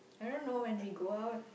I don't know when we go out